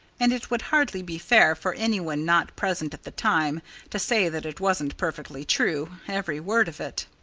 and it would hardly be fair for anyone not present at the time to say that it wasn't perfectly true every word of it.